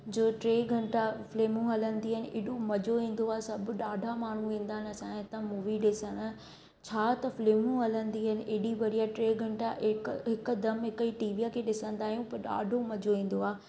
जो टे घंटा फ़िल्मूं हलंदी आहिनि हेॾो मज़ो ईंदो आहे सभु ॾाढा माण्हू ईंदा आहिनि असांजे हितां मूवी ॾिसणु छा त फ़िल्मूं हलंदी आहिनि हेॾी बढ़िया टे घंटा हिक हिकदमि हिकु ई टीवीअ खे ॾिसंदा आहियूं पर ॾाढो मज़ो ईंदो आहे